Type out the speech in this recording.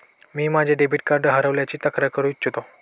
मी माझे debit card हरवल्याची तक्रार करू इच्छितो